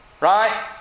Right